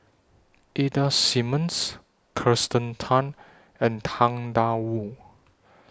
Ida Simmons Kirsten Tan and Tang DA Wu